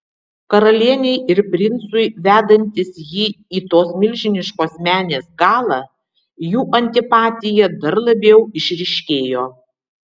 karalienei ir princui vedantis jį į tos milžiniškos menės galą jų antipatija dar labiau išryškėjo